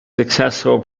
successful